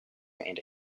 and